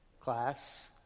Class